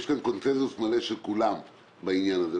יש כאן קונצנזוס מלא של כולם בעניין הזה.